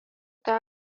dar